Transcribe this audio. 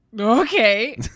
okay